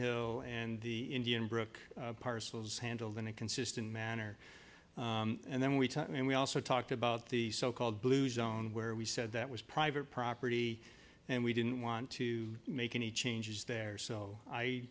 hill and the indian brook parcels handled in a consistent manner and then we talked and we also talked about the so called blue zone where we said that was private property and we didn't want to make any changes there so i